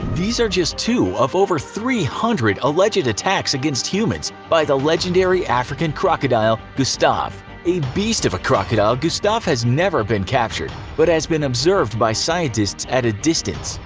these are just two of over three hundred alleged attacks against humans by the legendary african crocodile, gustave. a beast of a crocodile, gustave has never been captured but has been observed by scientists at a distance.